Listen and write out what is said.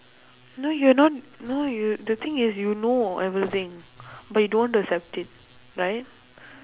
no you're not no you the thing is you know everything but you don't accept it right